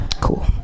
Cool